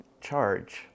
charge